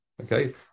Okay